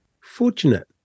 fortunate